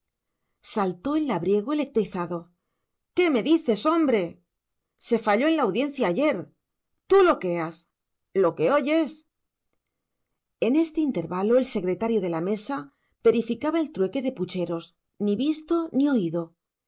saltó el labriego electrizado qué me dices hombre se falló en la audiencia ayer tú loqueas lo que oyes en este intervalo el secretario de la mesa verificaba el trueque de pucheros ni visto ni oído